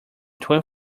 two